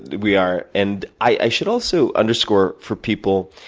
we are. and, i should also, underscore for people,